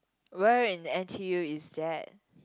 where in N_T_U is that